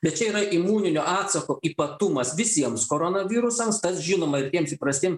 bet čia yra imuninio atsako ypatumas visiems koronavirusams tas žinoma ir jiems įprastiem